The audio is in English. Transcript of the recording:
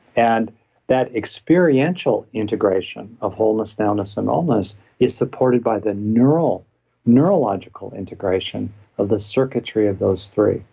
and that experiential integration of wholeness, now-ness and all-ness is supported by the neural neurological integration of the circuitry of those three,